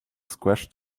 squashed